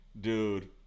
Dude